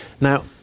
Now